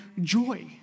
joy